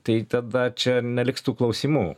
tai tada čia neliks tų klausimų